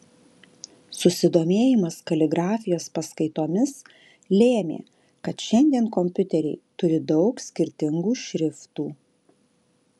susidomėjimas kaligrafijos paskaitomis lėmė kad šiandien kompiuteriai turi daug skirtingų šriftų